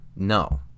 No